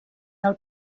del